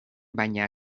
baina